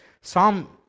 Psalm